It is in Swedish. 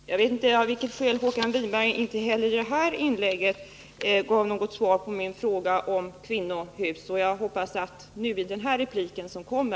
Herr talman! Jag vet inte av vilket skäl Håkan Winberg inte heller i det senaste inlägget gav något svar på min fråga om kvinnohus, och jag hoppas få det beskedet i den replik som nu kommer.